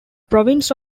province